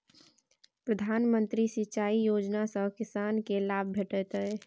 प्रधानमंत्री सिंचाई योजना सँ किसानकेँ लाभ भेटत